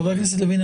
חבר הכנסת לוין,